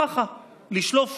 ככה, לשלוף